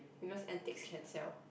because antiques can sell